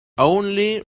only